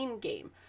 game